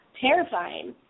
Terrifying